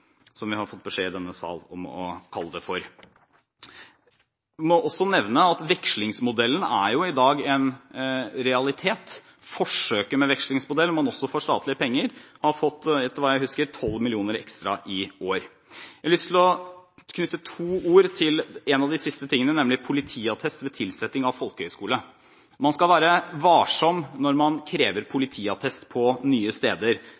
som vi har fått beskjed i denne sal om å kalle det. Jeg må også nevne at vekslingsmodellen er i dag en realitet. Forsøket med vekslingsmodell, hvor man også får statlige penger, har fått – etter hva jeg husker – 12 mill. kr ekstra i år. Jeg har lyst til å knytte noen ord til en av de siste tingene, nemlig politiattest ved tilsetting i folkehøyskole. Man skal være varsom når man krever politiattest på nye steder.